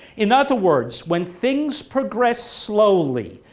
in other words, when things progress slowly,